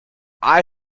eye